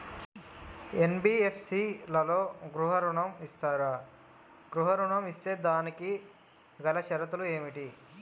NBFC లలో గృహ ఋణం ఇస్తరా? గృహ ఋణం ఇస్తే దానికి గల షరతులు ఏమిటి?